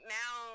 now